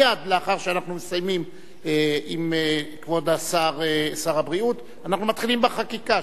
מייד לאחר שאנחנו מסיימים עם כבוד שר הבריאות אנחנו מתחילים בחקיקה.